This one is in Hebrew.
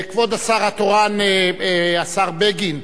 כבוד השר התורן, השר בגין,